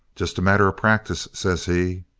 just a matter of practice says he.